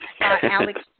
Alex